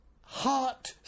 heart